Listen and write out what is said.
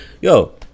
Yo